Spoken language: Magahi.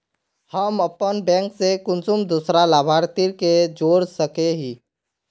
हम अपन बैंक से कुंसम दूसरा लाभारती के जोड़ सके हिय?